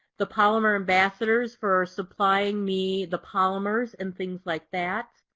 the polymer ambassadors for supplying me the polymers and things like that,